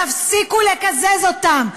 תפסיקו לקזז אותם.